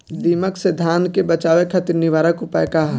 दिमक से धान के बचावे खातिर निवारक उपाय का ह?